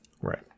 right